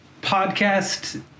podcast